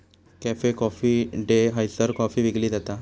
cafe Coffee Day हयसर coffee विकली जाता